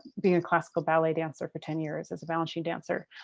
being a classical ballet dancer for ten years as a balanchine dancer.